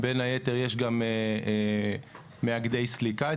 בין היתר יש אצלנו גם מאגדי סליקה.